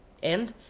and,